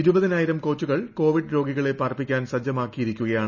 ഇരുപതിനായിരം കോച്ചുകൾ കോവിഡ് രോഗികളെ പാർപ്പിക്കാൻ സജ്ജമാക്കിയിരിക്കയാണ്